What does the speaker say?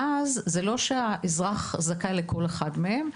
ואז זה לא שהאזרח זכאי לכל אחת מהן,